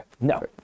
no